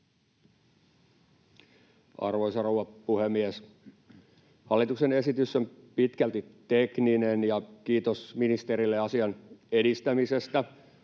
Arvoisa rouva puhemies! Hallituksen esitys on pitkälti tekninen, ja kiitos ministerille asian edistämisestä.